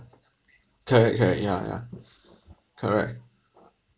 correct correct ya yeah correct